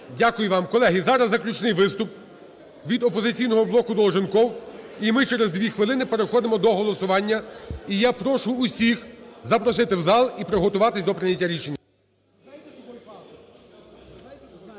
Дякую вам. Колеги, зараз заключний виступ від "Опозиційного блоку" Долженков. І ми через 2 хвилини переходимо до голосування. І я прошу усіх запросити в зал, і приготуватись до прийняття рішення.